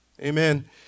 amen